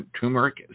turmeric